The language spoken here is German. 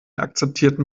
akzeptierten